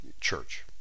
church